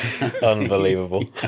Unbelievable